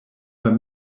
her